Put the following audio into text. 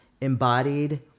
embodied